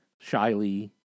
shyly